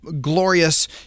glorious